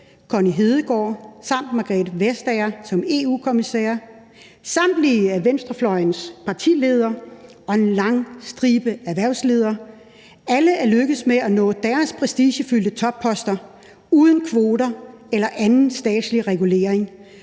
Connie Hedegaard og fru Margrethe Vestager som EU-kommissærer, samtlige venstrefløjens partiledere og en lang stribe erhvervsledere alle er lykkedes med at nå deres prestigefyldte topposter uden kvoter eller anden statslig regulering.